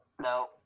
no